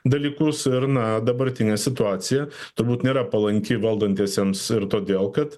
dalykus ir na dabartinė situacija turbūt nėra palanki valdantiesiems ir todėl kad